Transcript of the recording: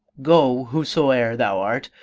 go, whosoe'er thou art.